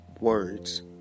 words